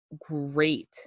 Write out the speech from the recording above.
great